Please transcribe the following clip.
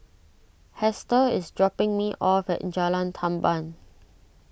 Hester is dropping me off at in Jalan Tamban